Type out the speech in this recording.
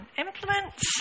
implements